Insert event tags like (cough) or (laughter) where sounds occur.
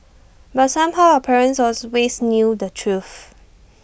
but somehow our parents (unintelligible) knew the truth